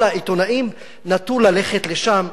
כל העיתונאים נטו ללכת לשם,